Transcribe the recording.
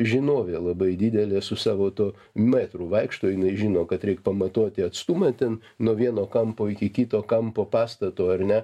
žinovė labai didelė su savo tuo metru vaikšto jinai žino kad reik pamatuoti atstumą ten nuo vieno kampo iki kito kampo pastato ar ne